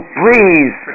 please